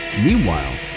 Meanwhile